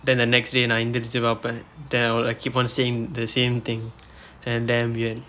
then the next day நான் எந்திரிச்சு பார்பேன்:naan enthirichsu paarppeen then I will like keep on seeing the same thing and then will